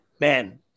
Man